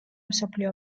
მსოფლიო